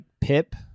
Pip